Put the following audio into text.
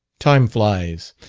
time flies,